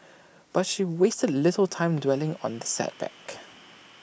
but she wasted little time dwelling on the setback